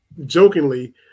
jokingly